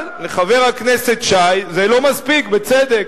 אבל לחבר הכנסת שי זה לא מספיק, בצדק.